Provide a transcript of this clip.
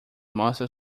mostra